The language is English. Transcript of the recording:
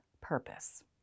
purpose